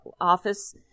office